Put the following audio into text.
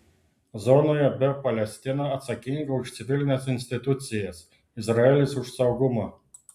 zonoje b palestina atsakinga už civilines institucijas izraelis už saugumą